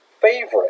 favorite